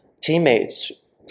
teammates